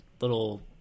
little